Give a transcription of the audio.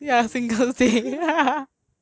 then they pull some